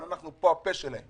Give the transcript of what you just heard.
אבל אנחנו פה הפה שלהם,